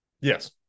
Yes